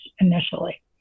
initially